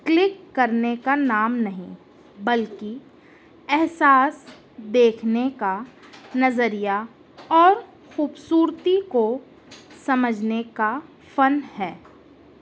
click کرنے کا نام نہیں بلکہ احساس دیکھنے کا نظریہ اور خوبصورتی کو سمجھنے کا فن ہے